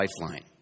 lifeline